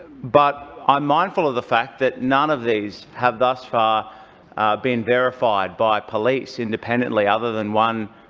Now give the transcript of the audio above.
but i'm mindful of the fact that none of these have thus far been verified by police independently, other than one